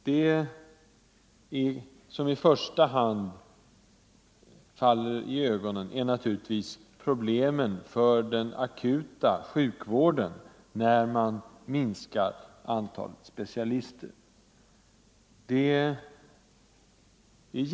Det som i första hand faller i ögonen är problemen för den akuta sjukvården, när antalet specialister minskar.